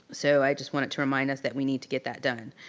so i just wanted to remind us that we need to get that done.